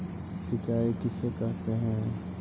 सिंचाई किसे कहते हैं?